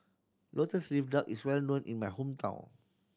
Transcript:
Lotus Leaf Duck is well known in my hometown